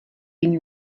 been